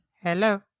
hello